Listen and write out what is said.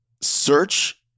search